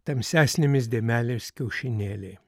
tamsesnėmis dėmelėmis kiaušinėliai